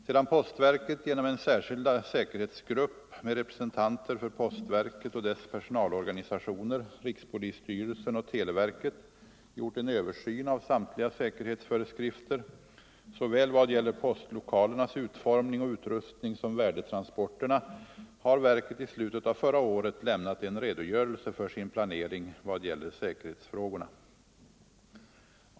Sedan postverket genom en särskild säkerhetsgrupp med representanter 13 för postverket och dess personalorganisationer, rikspolisstyrelsen och televerket gjort en översyn av samtliga säkerhetsföreskrifter — vad gäller såväl postlokalernas utformning och utrustning som värdetransporterna — har verket i slutet av förra året lämnat en redogörelse för sin planering vad gäller säkerhetsfrågorna.